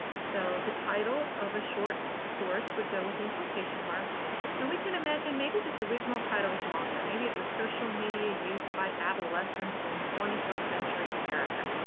so the title of a short source would go within quotation marks and we can imagine maybe this original title is longer. maybe it was social media use by adolescents in twenty first century america.